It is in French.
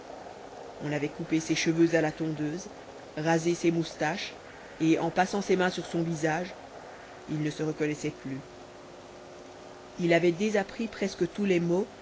on avait coupé ses cheveux à la tondeuse rasé ses moustaches et en passant ses mains sur son visage il ne se reconnaissait plus il avait désappris presque tous les mots